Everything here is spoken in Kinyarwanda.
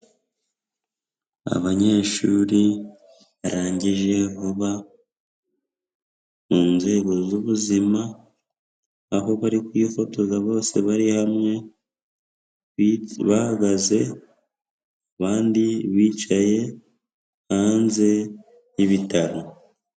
Abanyeshuri barangije vuba mu nzego z'ubuzima, aho bari kwifotoza bose bari hamwe bahagaze, abandi bicaye hanze y'ibitaro.